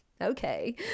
Okay